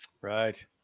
right